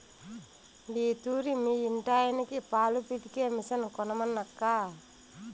ఈ తూరి మీ ఇంటాయనకి పాలు పితికే మిషన్ కొనమనక్కా